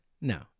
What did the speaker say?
No